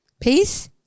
Peace